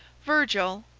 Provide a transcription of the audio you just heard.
virgil,